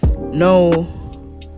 no